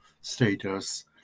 status